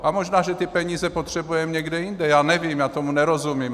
A možná že ty peníze potřebujeme někde jinde, já nevím, já tomu nerozumím.